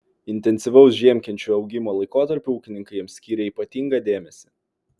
intensyvaus žiemkenčių augimo laikotarpiu ūkininkai jiems skyrė ypatingą dėmesį